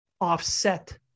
offset